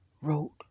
wrote